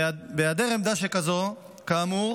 בהיעדר עמדה שכזאת, כאמור,